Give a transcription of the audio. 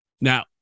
Now